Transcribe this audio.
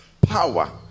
power